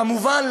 כמובן,